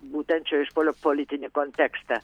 būtent šio išpuolio politinį kontekstą